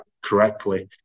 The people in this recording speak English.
correctly